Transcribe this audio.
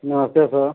नमस्ते सर